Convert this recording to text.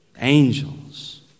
Angels